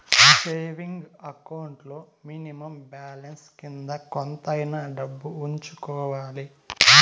saving account లో minimum balance కింద కొంతైనా డబ్బు ఉంచుకోవాలి